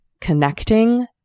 connecting